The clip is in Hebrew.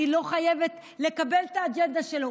אני לא חייבת לקבל את האג'נדה שלו.